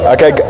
Okay